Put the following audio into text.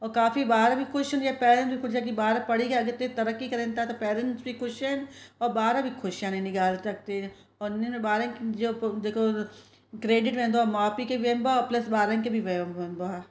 उहो काफ़ी ॿार बि ख़ुशि उन जा पेरैन्स बि ख़ुशि छा की ॿार पढ़ी करे अॻिते तरक़ी कनि था त पेरैन्स बि ख़ुशि आहिनि उहे ॿार बि ख़ुशि आहिनि इन ॻाल्ह अॻिते ओ हिननि ॿारनि जो प जेको क्रेडिट वेंदो आहे माउ पीउ खे वेंबो आहे प्लस ॿारनि खे बि वे वेंदो आहे